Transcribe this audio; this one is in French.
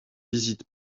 visite